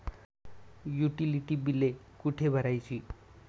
Utility बिले कुठे भरायची?